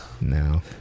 No